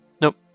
Nope